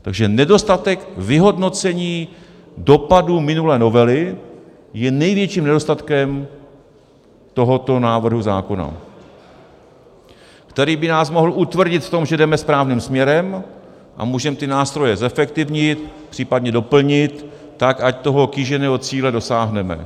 Takže nedostatek vyhodnocení dopadů minulé novely je největším nedostatkem tohoto návrhu zákona, který by nás mohl utvrdit v tom, že jdeme správným směrem a můžeme ty nástroje zefektivnit, případně doplnit tak, ať toho kýženého cíle dosáhneme.